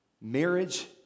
marriage